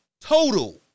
total